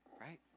Right